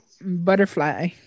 Butterfly